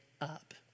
up